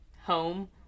home